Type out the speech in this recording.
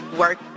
work